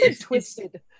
twisted